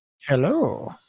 Hello